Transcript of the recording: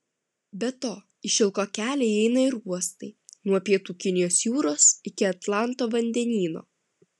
be to į šilko kelią įeina ir uostai nuo pietų kinijos jūros iki atlanto vandenyno